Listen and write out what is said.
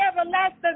everlasting